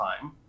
time